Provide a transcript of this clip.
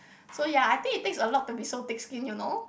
so ya I think it takes a lot to be so thick skin you know